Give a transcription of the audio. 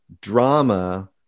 drama